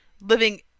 living